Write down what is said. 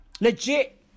Legit